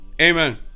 Amen